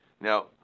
Now